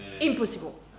Impossible